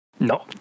No